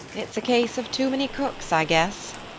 it's a case of too many cooks, i guess,